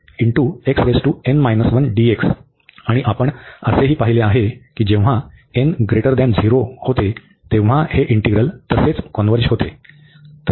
आणि आपण असेही पाहिले आहे की जेव्हा होते तेव्हा हे इंटीग्रल तसेच कॉन्व्हर्ज होते